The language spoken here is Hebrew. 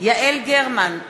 יעל גרמן,